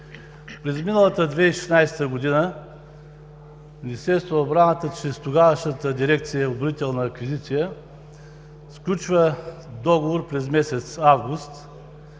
През изминалата 2016 г. Министерството на отбраната чрез тогавашната дирекция „Отбранителна аквизиция“ сключва договор през месец август